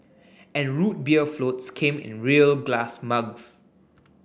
and Root Beer floats came in real glass mugs